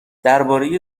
درباره